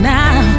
now